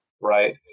right